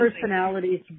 personalities